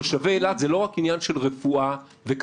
תושבי אילת זה לא רק עניין של רפואה וכלכלה,